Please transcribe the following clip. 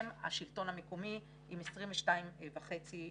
אנחנו רואים את השלטון המקומי עם 22.5 אחוזים.